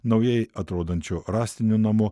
naujai atrodančiu rąstiniu namu